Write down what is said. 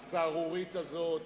הסהרורית הזאת,